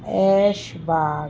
Aishbagh